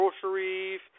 groceries